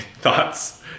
Thoughts